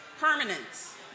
permanence